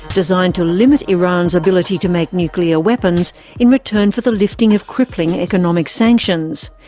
designed to limit iran's ability to make nuclear weapons in return for the lifting of crippling economic sanctions.